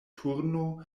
turnu